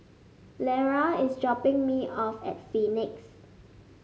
Lera is dropping me off at Phoenix